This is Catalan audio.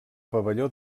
pavelló